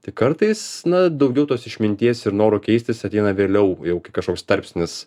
tai kartais na daugiau tos išminties ir noro keistis ateina vėliau jau kai kažkoks tarpsnis